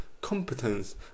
competence